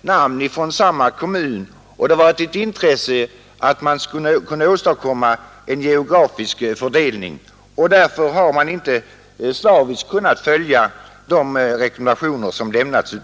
namn från samma kommun men man haft intresse av att kunna åstadkomma en geografisk fördelning. Därför har man inte slaviskt kunnat följa de rekommendationer som lämnats.